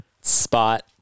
spot